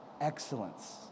excellence